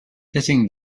hitting